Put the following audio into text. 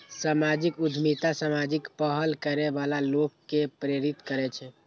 सामाजिक उद्यमिता सामाजिक पहल करै बला लोक कें प्रेरित करै छै